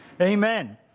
Amen